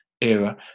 era